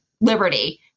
Liberty